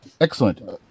Excellent